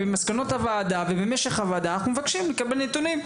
במשך הוועדה ובמסקנות, אנחנו מבקשים נתונים.